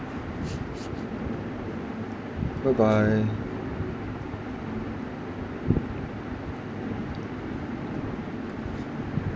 bye bye